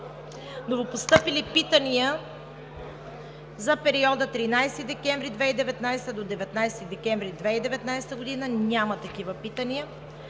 Новопостъпили питания за периода от 13 декември 2019 г. до 19 декември 2019 г. – няма такива питания.